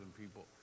people